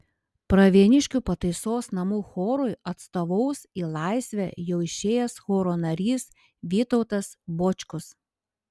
pravieniškių pataisos namų chorui atstovaus į laisvę jau išėjęs choro narys vytautas bočkus